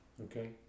Okay